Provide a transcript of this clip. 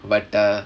but uh